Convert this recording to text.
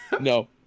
No